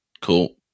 Cool